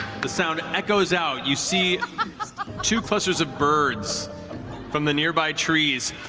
the sound echoes out, you see two clusters of birds from the nearby trees.